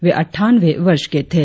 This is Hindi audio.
वे अट्ठानवे वर्ष के थे